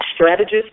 strategist